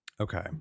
Okay